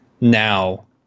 now